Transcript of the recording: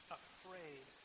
afraid